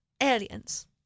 Aliens